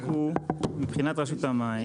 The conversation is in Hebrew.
מבחינת רשות המים,